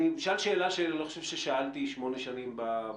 אני אשאל שאלה שאני לא חושב ששאלתי שמונה שנים בכנסת.